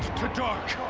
to dark.